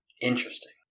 Interesting